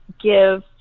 give